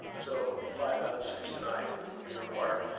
so it would be five out of six tonight would be required.